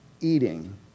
Eating